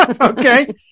okay